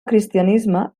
cristianisme